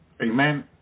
Amen